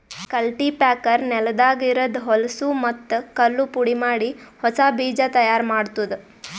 cultipacker ನೆಲದಾಗ ಇರದ್ ಹೊಲಸೂ ಮತ್ತ್ ಕಲ್ಲು ಪುಡಿಮಾಡಿ ಹೊಸಾ ಬೀಜ ತೈಯಾರ್ ಮಾಡ್ತುದ